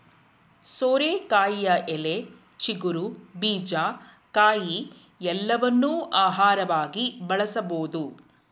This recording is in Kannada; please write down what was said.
ಸೋರೆಕಾಯಿಯ ಎಲೆ, ಚಿಗುರು, ಬೀಜ, ಕಾಯಿ ಎಲ್ಲವನ್ನೂ ಆಹಾರವಾಗಿ ಬಳಸಬೋದು